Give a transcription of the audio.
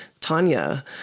Tanya